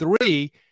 three